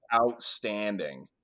outstanding